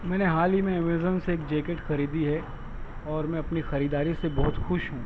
میں نے حال ہی میں امیزون سے ایک جیکٹ خریدی ہے اور میں اپنی خریداری سے بہت خوش ہوں